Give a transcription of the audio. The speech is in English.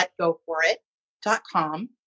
letgoforit.com